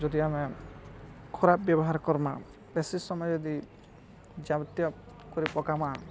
ଯଦି ଆମେ ଖରାପ ବ୍ୟବହାର୍ କର୍ମା ବେଶୀ ସମୟ ଯଦି ଯାବତୀୟ କରି ପକାମା